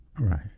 Right